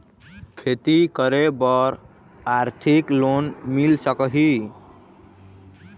खेती करे बर आरथिक लोन मिल सकही?